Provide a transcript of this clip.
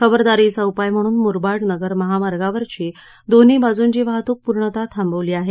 खबरदारीचा उपाय म्हणून मुरबाड नगर महामार्गावरची दोन्ही बाजूंची वाहतूक पूर्णतः थांबवली आहे